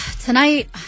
Tonight